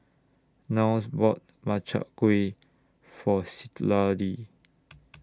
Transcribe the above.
Niles bought Makchang Gui For Citlalli